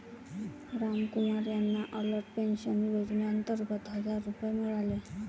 रामकुमार यांना अटल पेन्शन योजनेअंतर्गत हजार रुपये मिळाले